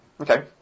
Okay